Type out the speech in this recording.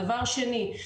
דבר שני,